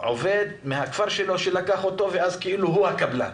עובד מן הכפר שלו שלקח אותו ואז כאילו הוא הקבלן.